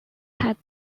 had